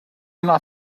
not